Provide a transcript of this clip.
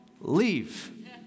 leave